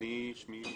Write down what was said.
א.כ.: שמי א.,